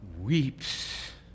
weeps